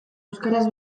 euskaraz